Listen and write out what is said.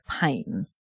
pain